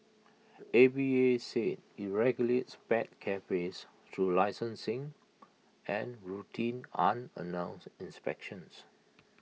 A V A said IT regulates pet cafes through licensing and routine unannounced inspections